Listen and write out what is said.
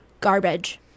Garbage